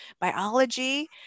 biology